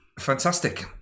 Fantastic